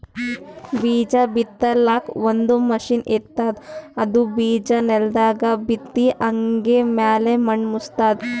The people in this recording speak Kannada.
ಬೀಜಾ ಬಿತ್ತಲಾಕ್ ಒಂದ್ ಮಷಿನ್ ಇರ್ತದ್ ಅದು ಬಿಜಾ ನೆಲದಾಗ್ ಬಿತ್ತಿ ಹಂಗೆ ಮ್ಯಾಲ್ ಮಣ್ಣ್ ಮುಚ್ತದ್